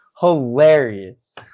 hilarious